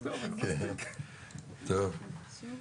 סדר גודל של אלף תשע מאות